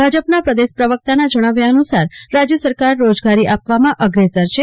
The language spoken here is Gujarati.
ભાજપના પ્રદેશ પ્રવક્તાના જણાવ્યા અનુસાર રાજ્ય સરકાર રોજગારી આપવામાં અગ્રેસર છે